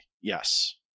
Yes